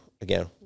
again